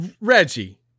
Reggie